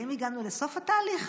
האם הגענו לסוף התהליך?